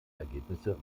ergebnisse